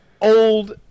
old